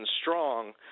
strong